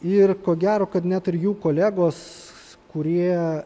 ir ko gero kad net ir jų kolegos kurie